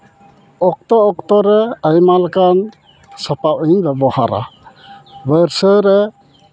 ᱚᱠᱛᱚ ᱚᱠᱛᱚᱨᱮ ᱟᱭᱢᱟ ᱞᱮᱠᱟᱱ ᱥᱟᱯᱟᱯ ᱤᱧ ᱵᱮᱵᱚᱦᱟᱨᱟ ᱵᱚᱨᱥᱟᱹ ᱨᱮ